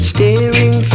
Staring